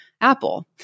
Apple